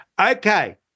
Okay